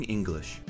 English